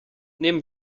nehmen